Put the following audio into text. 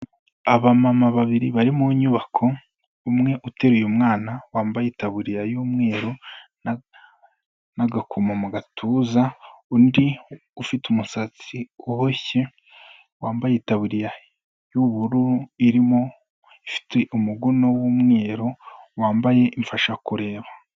Abamama babiri bari mu nyubako, umwe uteruye umwana wambaye itaburiya y'umweru n'agakoma mu gatuza, undi ufite umusatsi uboshye wambaye itaburiya y'ubururu, irimo ifite umuguno w'umweru wambaye imfashakureba.